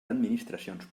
administracions